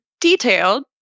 detailed